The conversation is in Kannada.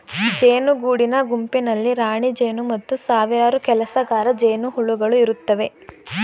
ಜೇನು ಗೂಡಿನ ಗುಂಪಿನಲ್ಲಿ ರಾಣಿಜೇನು ಮತ್ತು ಸಾವಿರಾರು ಕೆಲಸಗಾರ ಜೇನುಹುಳುಗಳು ಇರುತ್ತವೆ